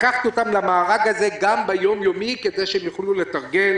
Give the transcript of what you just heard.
לקחת אותם למארג הזה גם ביום יום כדי שהם יוכלו לתרגל.